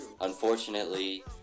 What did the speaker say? unfortunately